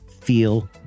feel